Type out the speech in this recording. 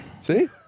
see